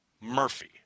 Murphy